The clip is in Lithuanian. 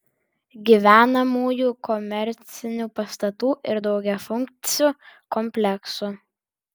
gyvenamųjų komercinių pastatų ir daugiafunkcių kompleksų